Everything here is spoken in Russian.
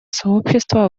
сообщества